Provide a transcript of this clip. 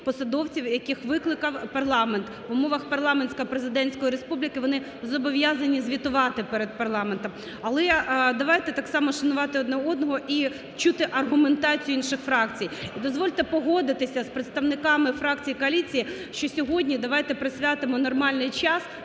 яких викликав парламент. В умовах парламентсько-президентської республіки вони зобов'язані звітувати перед парламентом. Але я… давайте так само шанувати один одного і чути аргументацію інших фракцій. І дозвольте погодитися з представниками фракції коаліції, що сьогодні давайте присвятимо нормальний час